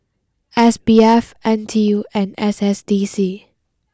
S B F N T U and S S D C